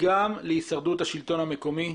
גם להישרדות השלטון המקומי.